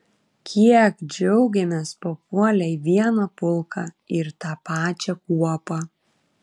kiek džiaugėmės papuolę į vieną pulką ir tą pačią kuopą